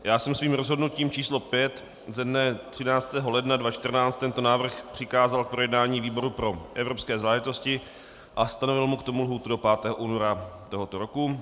Já jsem svým rozhodnutím číslo 5 ze dne 13. ledna 2014 tento návrh přikázal k projednání výboru pro evropské záležitosti a stanovil mu k tomu lhůtu do 5. února tohoto roku.